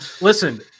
listen